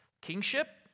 kingship